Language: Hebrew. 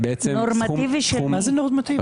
מה זה נורמטיבי?